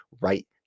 right